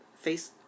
face